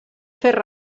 fer